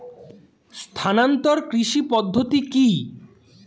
স্থানান্তর কৃষি পদ্ধতি কি?